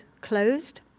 closed